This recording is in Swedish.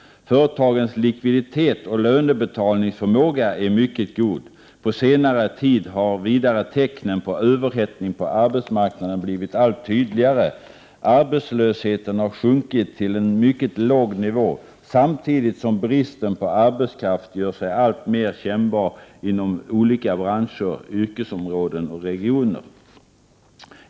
Företagens likviditet och lönebetalningsförmåga är mycket god. På senare tid har vidare tecknen på överhettning på arbetsmarknaden blivit allt tydligare. Arbetslösheten har sjunkit till en mycket låg nivå, samtidigt som bristen på arbetskraft gör sig allt mera kännbar inom olika branscher, yrkesområden och regioner.